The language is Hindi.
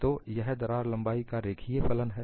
तो यह दरार लंबाई का रेखीय फलन है